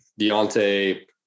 Deontay